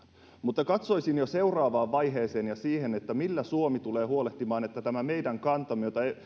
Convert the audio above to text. mutta katsoisin jo seuraavaan vaiheeseen ja siihen millä suomi tulee huolehtimaan että tämä meidän kantamme jota